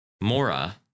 Mora